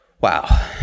wow